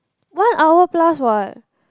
one hour plus what